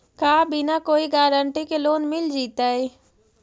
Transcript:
का बिना कोई गारंटी के लोन मिल जीईतै?